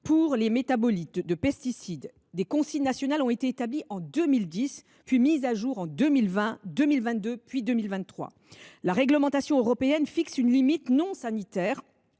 Pour les métabolites de pesticides, des consignes nationales ont été établies en 2010, puis mises à jour en 2020, 2022 et 2023. La réglementation européenne fixe une limite non sanitaire,